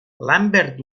lambert